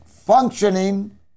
functioning